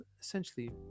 essentially